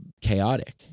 chaotic